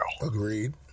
Agreed